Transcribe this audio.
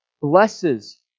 blesses